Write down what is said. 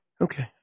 Okay